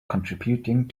contributing